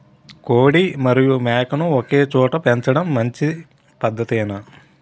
కోడి మరియు మేక ను ఒకేచోట పెంచడం మంచి పద్ధతేనా?